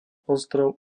ostrov